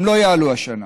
הם לא יעלו השנה.